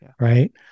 right